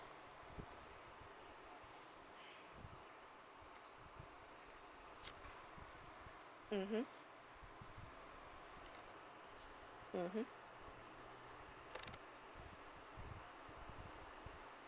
mmhmm mmhmm